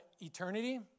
eternity